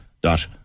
dot